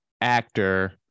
actor